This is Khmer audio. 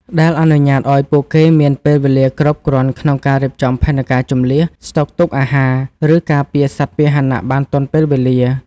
ដែលអនុញ្ញាតឱ្យពួកគេមានពេលវេលាគ្រប់គ្រាន់ក្នុងការរៀបចំផែនការជម្លៀស ស្តុកទុកអាហារ ឬការពារសត្វពាហនៈបានទាន់ពេលវេលា។